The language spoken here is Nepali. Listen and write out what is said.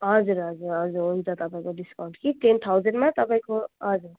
हजुर हजुर हजुर हुन्छ तपाईँको डिस्काउन्ट कि टेन थाउजन्डमा तपाईँको हजुर